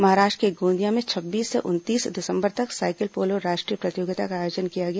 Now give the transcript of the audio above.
महाराष्ट्र के गोंदिया में छब्बीस से उनतीस दिसंबर तक साइकिल पोलो राष्ट्रीय प्रतियोगिता का आयोजन किया गया